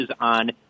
on